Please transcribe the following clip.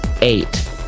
eight